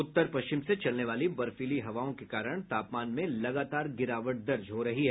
उत्तर पश्चिम से चलने वाली बर्फीली हवाओं के कारण तापमान में लगातार गिरावट दर्ज हो रही है